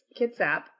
Kitsap